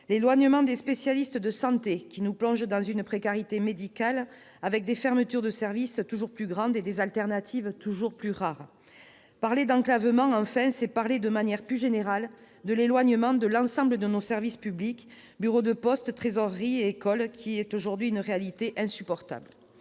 L'éloignement des spécialistes de santé, qui nous plonge dans une précarité médicale, avec des fermetures de services toujours plus grandes et des alternatives toujours plus rares. Parler d'enclavement, enfin, c'est parler de manière plus générale de l'éloignement de l'ensemble de nos services publics, bureaux de poste, trésoreries et écoles. C'est aujourd'hui une réalité insupportable.